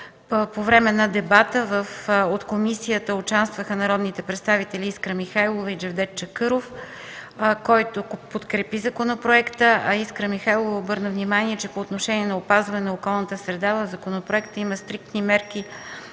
по време на дебата от Комисията участваха народните представители Искра Михайлова и Джевдет Чакъров, който подкрепи законопроекта, а Искра Михайлова обърна внимание, че по отношение опазването на околната среда, в законопроекта има стриктни мерки